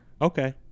Okay